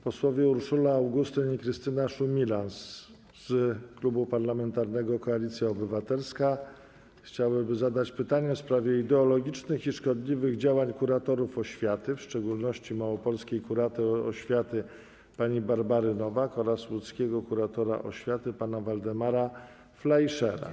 Posłanki Urszula Augustyn i Krystyna Szumilas z Klubu Parlamentarnego Koalicja Obywatelska chciałyby zadać pytanie w sprawie ideologicznych i szkodliwych działań kuratorów oświaty, w szczególności małopolskiej kurator oświaty pani Barbary Nowak oraz łódzkiego kuratora oświaty pana Waldemara Flajszera.